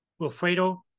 Wilfredo